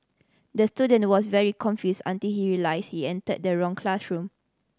the student was very confused until he realised he entered the wrong classroom